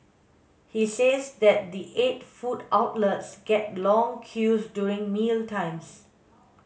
he says that the eight food outlets get long queues during mealtimes